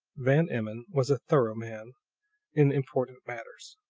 van emmon was a thorough man in important matters.